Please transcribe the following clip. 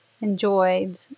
enjoyed